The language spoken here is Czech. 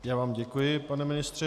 Já vám děkuji, pane ministře.